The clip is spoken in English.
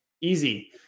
Easy